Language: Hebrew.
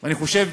אני חושב,